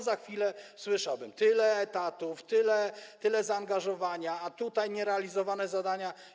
Za chwilę słyszałbym: tyle etatów, tyle zaangażowania, a tutaj nie są realizowane zadania.